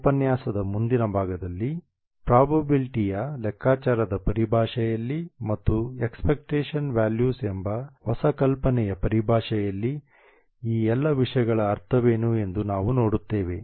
ಈ ಉಪನ್ಯಾಸದ ಮುಂದಿನ ಭಾಗದಲ್ಲಿ ಪ್ರಾಬಬಿಲಿ̈ಟಿಯ ಲೆಕ್ಕಾಚಾರದ ಪರಿಭಾಷೆಯಲ್ಲಿ ಮತ್ತು ಎಕ್ಸ್ಪೆಕ್ಟೇಷನ್ ವ್ಯಾಲ್ಯೂಸ್ ಎಂಬ ಹೊಸ ಕಲ್ಪನೆಯ ಪರಿಭಾಷೆಯಲ್ಲಿ ಈ ಎಲ್ಲ ವಿಷಯಗಳ ಅರ್ಥವೇನು ಎಂದು ನಾವು ನೋಡುತ್ತೇವೆ